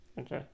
Okay